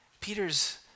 Peter's